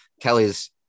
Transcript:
Kelly's